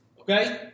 Okay